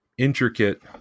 intricate